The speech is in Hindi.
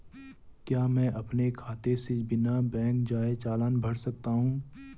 क्या मैं अपने खाते से बिना बैंक जाए चालान बना सकता हूँ?